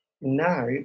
now